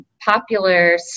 popular